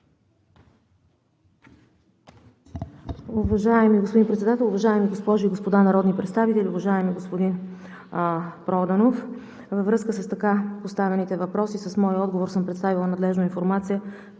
Уважаеми господин Председател, уважаеми госпожи и господа народни представители! Уважаеми господин Проданов, във връзка с така поставените въпроси, с моя отговор съм представила надлежно информация,